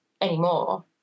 anymore